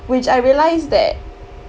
which I realise that